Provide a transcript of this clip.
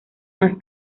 más